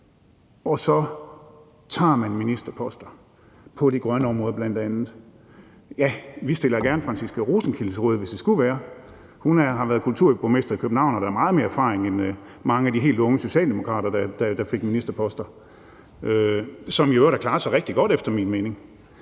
og så tager man ministerposter på bl.a. de grønne områder. Vi stiller gerne Franciska Rosenkilde til rådighed, hvis det skulle være. Hun har været kulturborgmester i København og har da meget mere erfaring end mange af de helt unge socialdemokrater, der fik ministerposter, og som i øvrigt har klaret sig rigtig godt efter min mening;